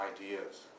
ideas